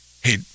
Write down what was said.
hey